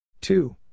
Two